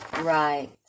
Right